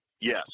Yes